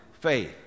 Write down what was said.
faith